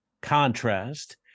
contrast